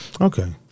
Okay